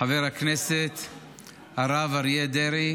חבר הכנסת הרב אריה דרעי